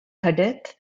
hadith